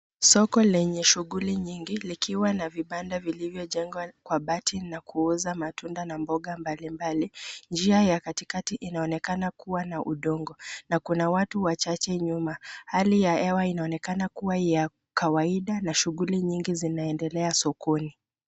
Soko lenye shughuli nyingi, likiwa na vibanda vilivyojengwa kwa bahati na kuuza matunda na mboga mbalimbali. Njia ya katikati inaonekana kuwa na udongo na kuna watu wachache nyuma. Hali ya hewa inaonekana kuwa ya kawaida na shughuli nyingi zinaendelea sokoni.